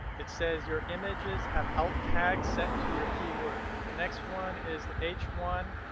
it says your images have alt tags set to your keyword. the next one is the h one.